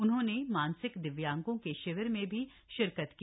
उन्होंने मानसिक दिव्यांगों के शिविर में भी शिरकत की